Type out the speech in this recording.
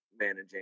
managing